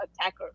attacker